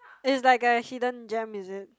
is like a hidden gem is it